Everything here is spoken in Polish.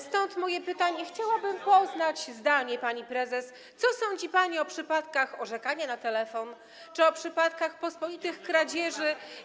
Stąd moje pytanie: Chciałabym poznać zdanie pani prezes, co sądzi pani o przypadkach orzekania na telefon czy o przypadkach pospolitych kradzieży.